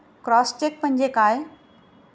Cross check म्हणजे काय?